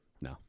No